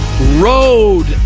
road